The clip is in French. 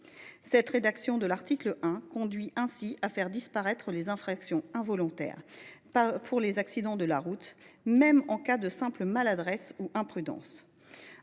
Cette rédaction de l’article 1 conduit à faire disparaître les infractions « involontaires » pour les accidents de la route, même en cas de simple maladresse ou d’imprudence.